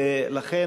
ולכן,